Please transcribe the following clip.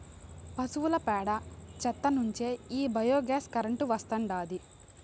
పశువుల పేడ చెత్త నుంచే ఈ బయోగ్యాస్ కరెంటు వస్తాండాది